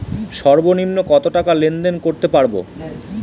সর্বনিম্ন কত টাকা লেনদেন করতে পারবো?